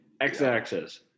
X-axis